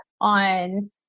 on